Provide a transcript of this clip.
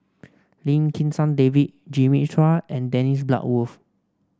Lim Kim San David Jimmy Chua and Dennis Bloodworth